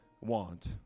want